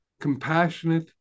compassionate